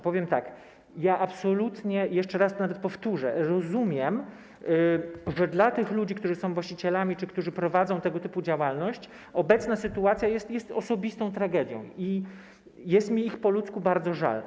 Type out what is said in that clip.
Powiem tak: absolutnie, jeszcze raz to powtórzę, rozumiem, że dla tych ludzi, którzy są właścicielami czy którzy prowadzą tego typu działalność, obecna sytuacja jest osobistą tragedią, i jest mi ich po ludzku bardzo żal.